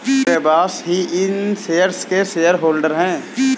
मेरे बॉस ही इन शेयर्स के शेयरहोल्डर हैं